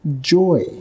joy